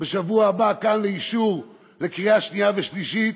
בשבוע הבא כאן לאישור לקריאה שנייה ושלישית,